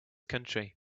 country